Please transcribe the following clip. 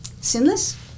sinless